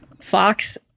Fox